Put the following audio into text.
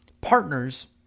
partners